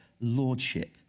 lordship